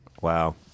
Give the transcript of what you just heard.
Wow